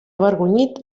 avergonyit